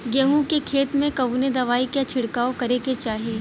गेहूँ के खेत मे कवने दवाई क छिड़काव करे के चाही?